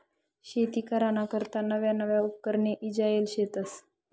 शेती कराना करता नवा नवा उपकरणे ईजायेल शेतस